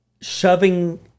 shoving